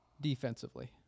defensively